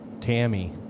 Tammy